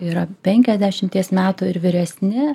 yra penkiasdešimties metų ir vyresni